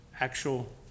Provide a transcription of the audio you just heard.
actual